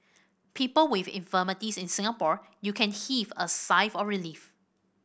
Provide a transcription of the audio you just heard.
people with infirmities in Singapore you can heave a sigh of relief